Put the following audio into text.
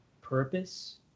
purpose